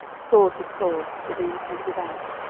sawed with saws, within and without,